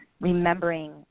remembering